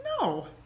No